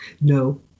No